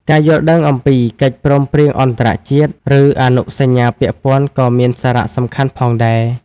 ការយល់ដឹងអំពីកិច្ចព្រមព្រៀងអន្តរជាតិ ឬអនុសញ្ញាពាក់ព័ន្ធក៏មានសារៈសំខាន់ផងដែរ។